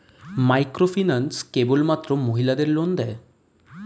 Microfinance কেবলমাত্র মহিলাদের loan দেয়?